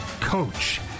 coach